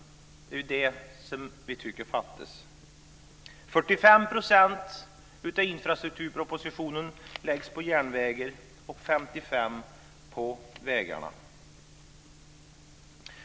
Det är det som vi tycker fattas. 45 % av infrastrukturpropositionens pengar läggs på järnvägar och 55 % på vägarna.